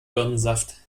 birnensaft